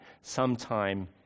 sometime